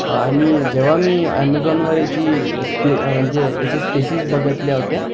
आणि जेव्हा मी अॅमेझॉनवर ह्याची स्पे जे ह्याची स्पेसीज बघितल्या होत्या